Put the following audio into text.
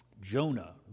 Jonah